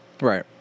Right